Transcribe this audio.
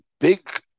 big